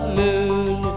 moon